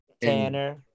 Tanner